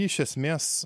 iš esmės